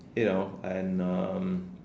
you know and um